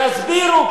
תסבירו,